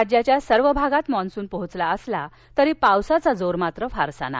राज्याच्या सर्व भागात मान्सून पोहोचला असला तरी पावसाचा जोर मात्र फारसा नाही